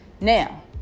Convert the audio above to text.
Now